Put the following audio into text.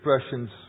expressions